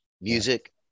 music